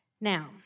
Now